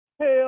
Hell